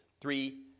Three